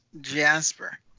Jasper